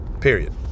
period